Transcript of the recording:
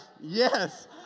yes